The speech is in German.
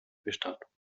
bestattung